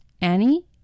Annie